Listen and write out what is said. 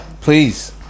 please